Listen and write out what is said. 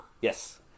Yes